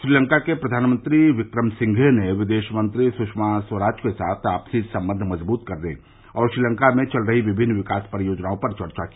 श्रीलंका के प्रधानमंत्री विक्रम सिंघे ने विदेश मंत्री सुषमा स्वराज के साथ आपसी संबंध मजबूत करने और श्रीलंका में चल रही विभिन्न विकास परियोजनाओं पर चर्चा की